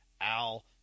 Al